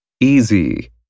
Easy